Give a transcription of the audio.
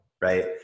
right